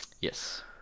Yes